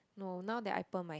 no now that I perm my hair